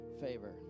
favor